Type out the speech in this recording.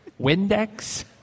Windex